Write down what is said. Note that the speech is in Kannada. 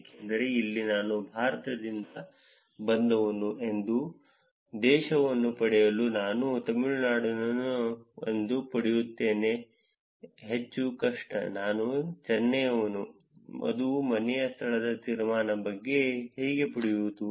ಏಕೆಂದರೆ ಇಲ್ಲಿ ನಾನು ಭಾರತದಿಂದ ಬಂದವನು ಎಂಬ ದೇಶವನ್ನು ಪಡೆಯಲು ನಾನು ತಮಿಳುನಾಡಿನವನು ಎಂದು ಪಡೆಯುವುದು ಹೆಚ್ಚು ಕಷ್ಟ ನಾನು ಚೆನ್ನೈನವನು ಅದು ಮನೆಯ ಸ್ಥಳದ ತೀರ್ಮಾನದ ಬಗ್ಗೆ ಎಂದು ಪಡೆಯುವುದು